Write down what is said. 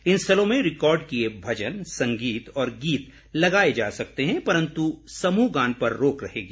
इन स्थलों में रिकार्ड किए भजन संगीत और गीत लगाए जा सकते हैं परंतु समूहगान पर रोक रहेगी